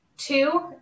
Two